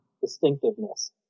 distinctiveness